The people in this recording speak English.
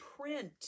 print